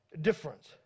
difference